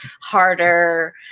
harder